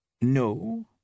No